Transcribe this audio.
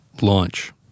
Launch